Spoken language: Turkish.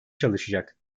çalışacak